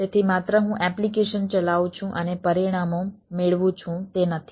તેથી માત્ર હું એપ્લિકેશન ચલાવું છું અને પરિણામો મેળવું છું તે નથી